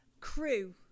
crew